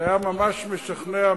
זה היה ממש משכנע,